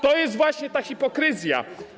To jest właśnie ta hipokryzja.